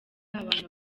abantu